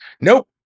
nope